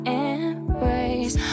embrace